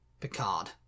Picard